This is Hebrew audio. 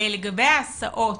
לגבי ההסעות,